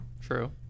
True